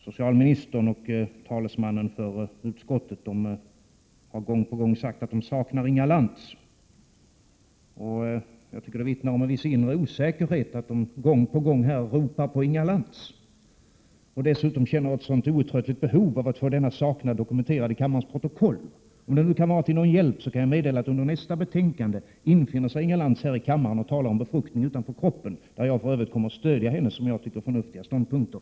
Socialministern och talesmannen för utskottet har gång på gång sagt att de saknar Inga Lantz. Jag tycker att det vittnar om en viss inre osäkerhet när de gång på gång ropar på Inga Lantz. Dessutom känner de ett outtröttligt behov av att få denna saknad dokumenterad i kammarens protokoll. Om det är till någon hjälp, kan jag meddela att vid debatten om socialutskottets betänkande 26 kommer Inga Lantz att infinna sig i kammaren och tala om befruktning utanför kroppen. Jag kommer för övrigt att stödja hennes, som jag tycker, förnuftiga ståndpunkter.